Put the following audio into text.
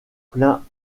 plein